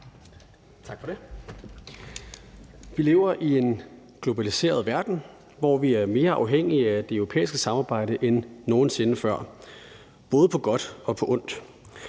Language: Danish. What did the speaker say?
Vi lever i en globaliseret verden, hvor vi er mere afhængige af det europæiske samarbejde end nogen sinde før, både på godt og på ondt.